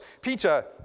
Peter